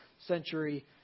century